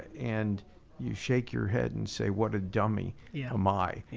and you shake your head and say what a dummy yeah am i.